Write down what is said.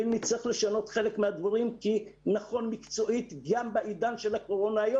אם נצטרך לשנות חלק מהדברים כי נכון מקצועית גם בעידן שלל הקורונה הים